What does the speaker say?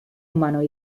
humanos